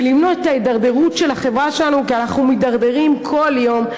ולמנוע את ההידרדרות של החברה שלנו כי אנחנו מתדרדרים כל יום,